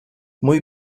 muy